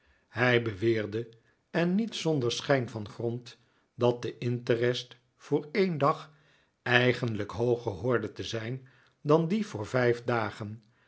hij beweerde en niet zonder schijn van grond dat de interest voor een dag eigenlijk hooger hoorde te zijn dan die voor vijf dagen